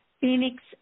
Phoenix